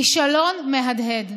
כישלון מהדהד,